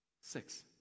Six